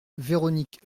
véronique